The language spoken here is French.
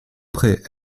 prêt